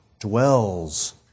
dwells